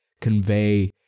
convey